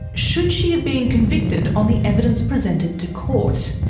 should she have been convicted on the evidence presented to court?